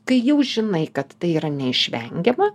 kai jau žinai kad tai yra neišvengiama